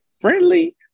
friendly